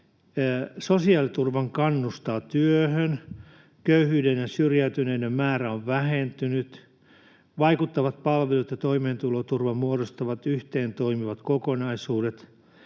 sosiaaliturva kannustaa työhön, köyhyyden ja syrjäytyneiden määrä on vähentynyt, vaikuttavat palvelut ja toimeentuloturva muodostavat yhteentoimivat kokonaisuudet,